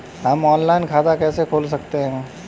हम ऑनलाइन खाता कैसे खोल सकते हैं?